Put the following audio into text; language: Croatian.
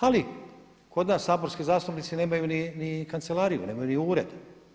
Ali kod nas saborski zastupnici nemaju ni kancelariju, nemaju ni ured.